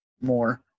more